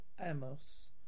Amos